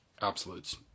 absolutes